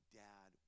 dad